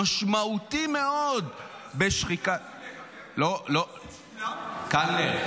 משמעותי מאוד בשחיקה ------ קלנר,